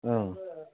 अँ